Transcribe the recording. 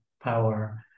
power